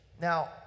Now